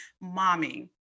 mommy